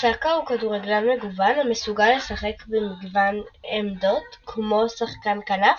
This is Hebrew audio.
סאקה הוא כדורגלן מגוון המסוגל לשחק במגוון עמדות כמו שחקן כנף,